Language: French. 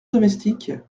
domestique